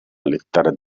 lettera